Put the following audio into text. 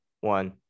one